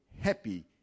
Happy